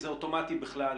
זה אוטומטי בכלל,